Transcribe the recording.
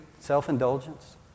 self-indulgence